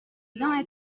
bien